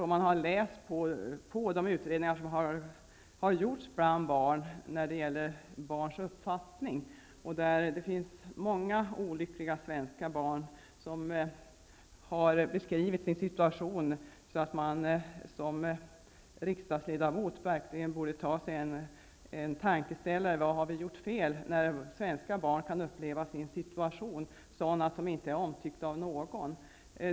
Om man har läst de utredningar som gjorts bland barn om barns uppfattningar finner man många olyckliga svenska barn som har beskrivit sin situation på ett sätt som borde ge oss riksdagsledamöter en tankeställare. Vi borde fråga oss vad vi har gjort för fel när svenska barn svarar att de inte är omtyckta av någon.